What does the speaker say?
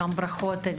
ברכות על